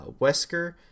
Wesker